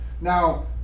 Now